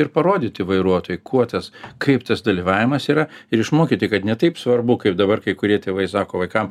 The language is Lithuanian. ir parodyti vairuotojui kuo tas kaip tas dalyvavimas yra ir išmokyti kad ne taip svarbu kaip dabar kai kurie tėvai sako vaikams